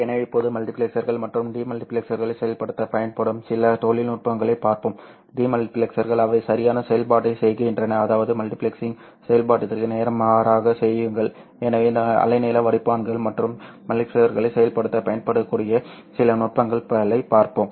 எனவே இப்போது மல்டிபிளெக்சர்கள் மற்றும் டி மல்டிபிளெக்சர்களை செயல்படுத்த பயன்படும் சில தொழில்நுட்பங்களைப் பார்ப்போம் டி மல்டிபிளெக்சர்கள் அவை சரியான செயல்பாட்டைச் செய்கின்றன அதாவது மல்டிபிளெக்சிங் செயல்பாட்டிற்கு நேர்மாறாகச் செய்யுங்கள் எனவே இந்த அலைநீள வடிப்பான்கள் மற்றும் மல்டிபிளெக்சர்களை செயல்படுத்த பயன்படுத்தக்கூடிய சில நுட்பங்களைப் பார்ப்போம்